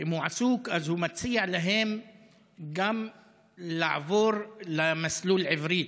ואם הוא עסוק אז הוא מציע להם לעבור למסלול עברית,